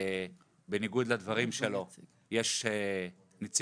בניגוד לדברים שלו, יש נציגות